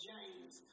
James